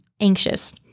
anxious